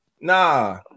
Nah